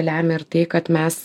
lemia ir tai kad mes